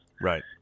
Right